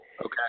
Okay